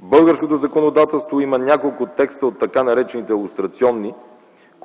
Българското законодателство има няколко текста от така наречените лустрационни –